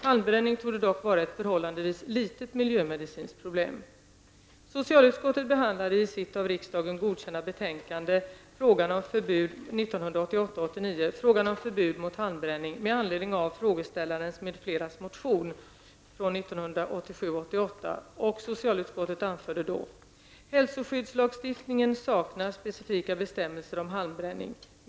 Halmbränning torde dock vara ett förhållandevis litet miljömedicinskt problem. ''Hälsoskyddslagstiftningen saknar specifika bestämmelser om halmbränning.